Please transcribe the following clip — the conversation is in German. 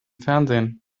fernsehen